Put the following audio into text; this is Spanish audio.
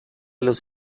los